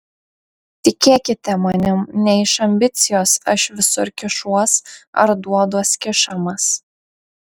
tikėkite manim ne iš ambicijos aš visur kišuos ar duoduos kišamas